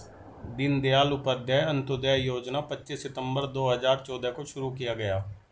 दीन दयाल उपाध्याय अंत्योदय योजना पच्चीस सितम्बर दो हजार चौदह को शुरू किया गया